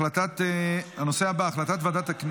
בעד, 30,